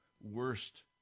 worst